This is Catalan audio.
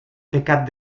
pecat